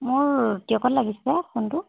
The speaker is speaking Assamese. মোৰ টীয়কত লাগিছে ফোনটো